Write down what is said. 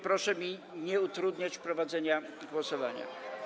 Proszę mi nie utrudniać prowadzenia głosowania.